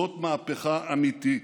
זאת מהפכה אמיתית.